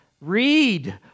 read